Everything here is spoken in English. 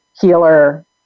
healer